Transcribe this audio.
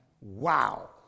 Wow